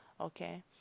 Okay